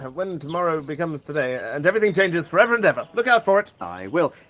when tomorrow becomes today and everything changes forever and ever. look out for it. i will.